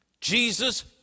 Jesus